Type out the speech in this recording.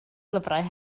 lyfrau